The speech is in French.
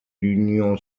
l’union